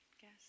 Guess